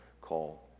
call